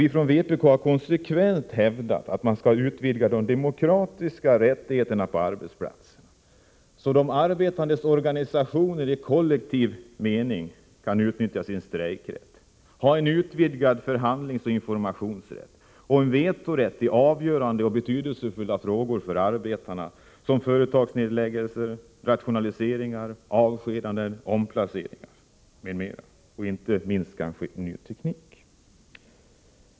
Vi från vpk har konsekvent hävdat att man skall utvidga de demokratiska rättigheterna på arbetsplatserna så att de arbetandes organisationer i kollektiv mening kan utnyttja sin strejkrätt samt ha en utvidgad förhandlingsoch informationsrätt liksom en vetorätt i betydelsefulla och avgörande frågor för arbetarna, exempelvis vid företagsnedläggelser, rationaliseringar, avskedanden, omplaceringar och vid införande av ny teknik.